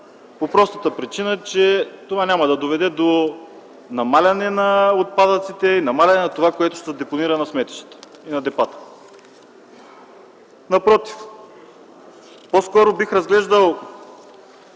по простата причина, че това няма да доведе до намаляване на отпадъците и намаляване на това, което ще се депонира на сметищата и на депата. Напротив, по-скоро бих разглеждал